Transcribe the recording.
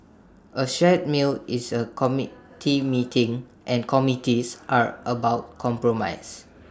A shared meal is A committee meeting and committees are about compromise